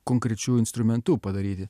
konkrečiu instrumentu padaryti